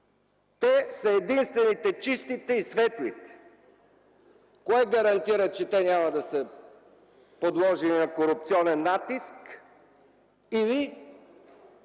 са единствените чистите и светлите? Кое гарантира, че те няма да са подложени на корупционен натиск или